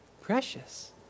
precious